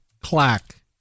clack